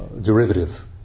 derivative